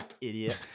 idiot